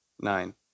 Nine